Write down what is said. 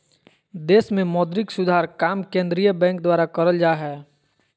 देश मे मौद्रिक सुधार काम केंद्रीय बैंक द्वारा करल जा हय